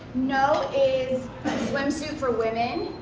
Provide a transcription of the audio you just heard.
no, is swimsuit for women,